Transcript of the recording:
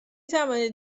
توانید